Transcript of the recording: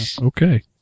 Okay